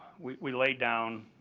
we laid down